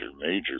major